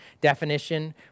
definition